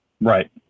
Right